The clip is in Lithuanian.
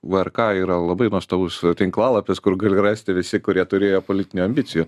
vrk yra labai nuostabus a tinklalapis kur gali rasti visi kurie turėjo politinių ambicijų